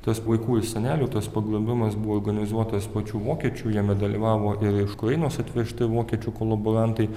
tas vaikų ir senelių tas pagrobimas buvo organizuotas pačių vokiečių jame dalyvavo ir iš ukrainos atvežti vokiečių koloborantai